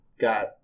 Got